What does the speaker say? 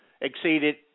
exceeded